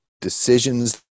decisions